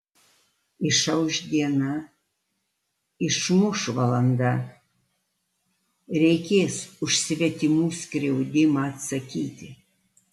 išauš diena išmuš valanda reikės už svetimų skriaudimą atsakyti